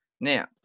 Now